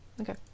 Okay